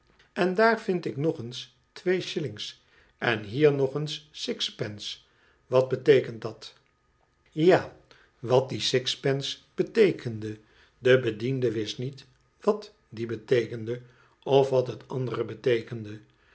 en daar daar vind ik nog eens twee shillings en hier nog eens six pence wat beteekent dat ja wat die six pence beteekende de bediende wist niet wat die beteekende of wat het andere beteekende